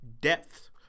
depth